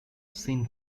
shin